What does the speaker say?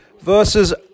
versus